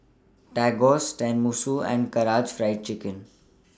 Tacos Tenmusu and Karaage Fried Chicken